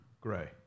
Gray